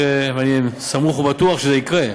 ואני סמוך ובטוח שזה יקרה,